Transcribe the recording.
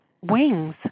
wings